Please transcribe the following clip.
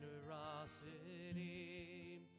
generosity